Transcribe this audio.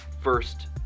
first